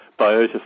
Biota